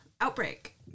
Outbreak